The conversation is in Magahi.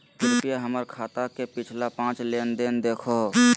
कृपया हमर खाता के पिछला पांच लेनदेन देखाहो